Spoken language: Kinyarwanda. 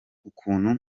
ukuntu